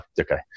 okay